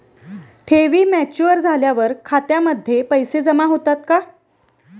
ठेवी मॅच्युअर झाल्यावर खात्यामध्ये पैसे जमा होतात का?